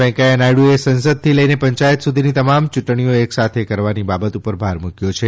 વૈકૈયા નાયડુએ સંસદથી લઈને પંચાયત સુધીની તમામ ચૂંટણીઓ એકસાથે કરાવવાની બાબત ઉપર ભાર મૂક્યો છે